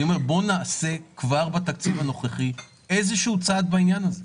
בוא נעשה כבר בתקציב הנוכחי איזשהו צעד בעניין הזה.